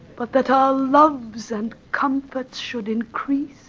but that all loves and comforts should increase